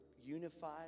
unified